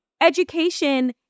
education